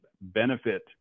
benefit